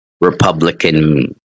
Republican